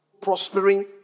prospering